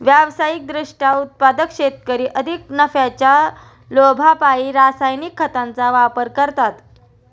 व्यावसायिक दृष्ट्या उत्पादक शेतकरी अधिक नफ्याच्या लोभापायी रासायनिक खतांचा वापर करतात